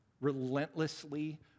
relentlessly